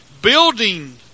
building